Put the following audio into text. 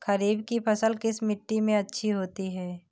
खरीफ की फसल किस मिट्टी में अच्छी होती है?